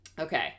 Okay